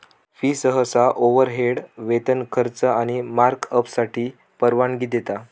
fee सहसा overhead, वेतन, खर्च आणि मार्कअपसाठी परवानगी देता